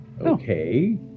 Okay